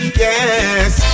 yes